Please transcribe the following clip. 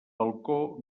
balcó